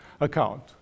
account